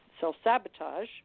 self-sabotage